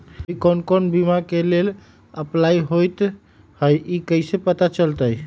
अभी कौन कौन बीमा के लेल अपलाइ होईत हई ई कईसे पता चलतई?